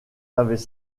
avaient